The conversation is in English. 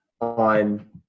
on